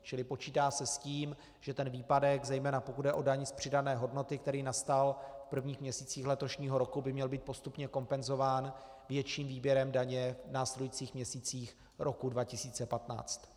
Čili počítá se s tím, že ten výpadek, zejména pokud jde o daň z přidané hodnoty, který nastal v prvních měsících letošního roku, by měl být postupně kompenzován větším výběrem daně v následujících měsících roku 2015.